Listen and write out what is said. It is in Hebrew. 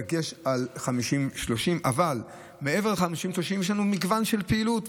בדגש על 50 עד 30. אבל מעבר ל-50 עד 30 יש לנו מגוון של פעילויות,